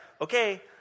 okay